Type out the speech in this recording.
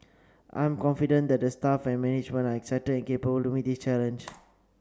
I am confident that the staff and management are excited and capable to meet this challenge